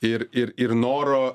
ir ir ir noro